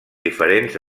diferents